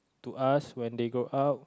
to us when they go out